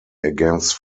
against